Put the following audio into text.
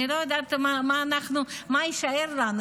אני לא יודעת מה יישאר לנו,